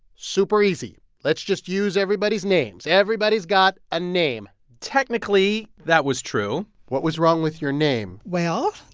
super easy let's just use everybody's names. everybody's got a name technically, that was true what was wrong with your name? well,